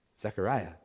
Zechariah